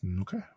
Okay